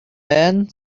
man